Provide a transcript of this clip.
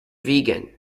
vegan